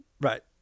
right